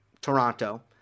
Toronto